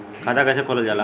खाता कैसे खोलल जाला?